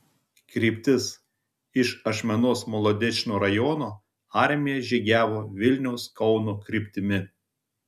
kryptis iš ašmenos molodečno rajono armija žygiavo vilniaus kauno kryptimi